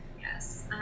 Yes